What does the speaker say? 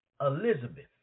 Elizabeth